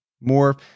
more